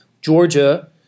Georgia